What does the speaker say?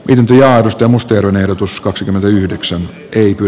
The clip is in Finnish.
ympyrää tunnustelun erotus kaksikymmentäyhdeksän kyky